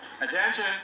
Attention